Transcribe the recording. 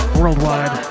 worldwide